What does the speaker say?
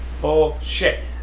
Bullshit